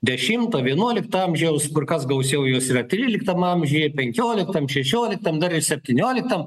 dešimto vienuolikto amžiaus kur kas gausiau jos yra tryliktam amžiuje penkioliktam šešioliktam dar ir septynioliktam